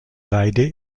weide